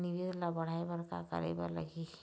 निवेश ला बढ़ाय बर का करे बर लगही?